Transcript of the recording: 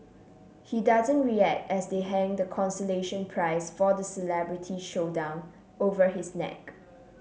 he doesn't react as they hang the consolation prize for the celebrity showdown over his neck